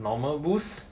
normal boost